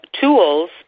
tools